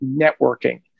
networking